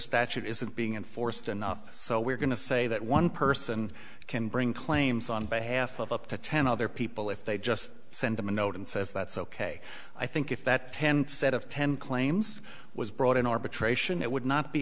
statute isn't being enforced enough so we're going to say that one person can bring claims on behalf of up to ten other people if they just send them a note and says that's ok i think if that ten set of ten claims was brought in arbitration it would not be